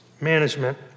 management